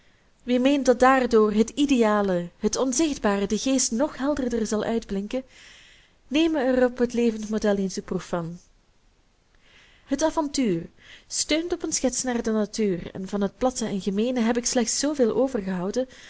wie meent dat daardoor het ideale het onzichtbare de geest nog helderder zal uitblinken neme er op het levend model eens de proef van het avontuur steunt op een schets naar de natuur en van het platte en gemeene heb ik slechts zooveel overgehouden